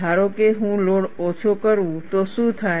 ધારો કે હું લોડ ઓછો કરું તો શું થાય